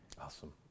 Awesome